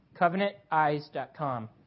CovenantEyes.com